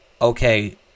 okay